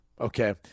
Okay